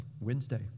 Wednesday